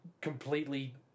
completely